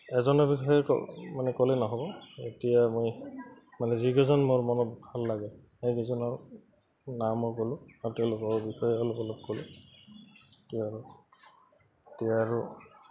এজনৰ বিষয়ে ক'লে মানে ক'লেই নহ'ব এতিয়া মই মানে যিকেইজন মোৰ মনত ভাল লাগে সেইকেইজনৰ নাম মই গ'লোঁ আৰু তেওঁলোকৰ বিষয়ে অলপ অলপ ক'লোঁ এতিয়া আৰু এতিয়া আৰু